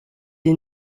est